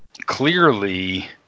Clearly